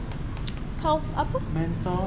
health apa